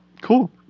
Cool